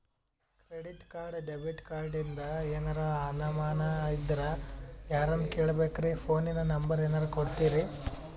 Credit card, debit ಕಾರ್ಡಿಂದ ಏನರ ಅನಮಾನ ಇದ್ರ ಯಾರನ್ ಕೇಳಬೇಕ್ರೀ, ಫೋನಿನ ನಂಬರ ಏನರ ಕೊಡ್ತೀರಿ?